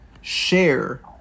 share